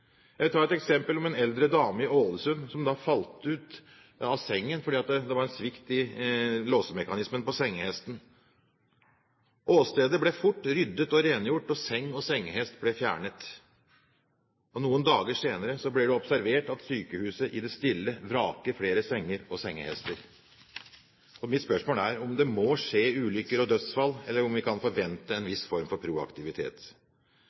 Jeg vil ta et eksempel om en eldre dame i Ålesund som falt ut av sengen fordi det var en svikt i låsemekanismen på sengehesten. Åstedet ble fort ryddet og rengjort, og seng og sengehest ble fjernet. Noen dager senere ble det observert at sykehuset i det stille vraket flere senger og sengehester. Mitt spørsmål er om det må skje ulykker og dødsfall, eller om vi kan forvente en viss form for proaktivitet.